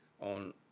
on